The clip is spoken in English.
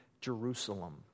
Jerusalem